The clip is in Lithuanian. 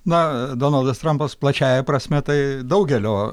na donaldas trampas plačiąja prasme tai daugelio